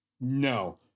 No